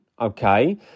okay